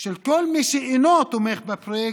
של כל מי שאינו תומך בפרויקט,